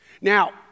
Now